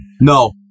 No